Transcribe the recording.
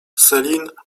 celine